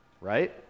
right